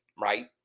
right